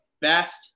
best